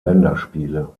länderspiele